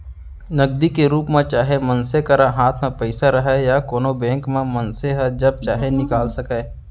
नगदी के रूप म चाहे मनसे करा हाथ म पइसा रहय या कोनों बेंक म मनसे ह जब चाहे निकाल सकय